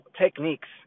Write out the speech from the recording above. techniques